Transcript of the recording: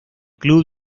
club